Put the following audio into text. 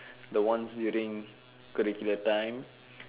the ones during curricular time